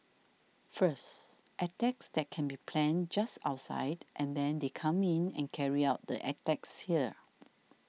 first attacks that can be planned just outside and then they come in and carry out the attacks here